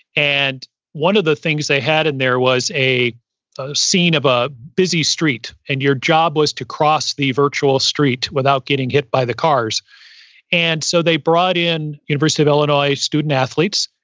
and one of the things they had in there was a a scene of a busy street, and your job was to cross the virtual street without getting hit by the cars and so they brought in university of illinois student athletes,